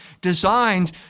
designed